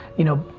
you know,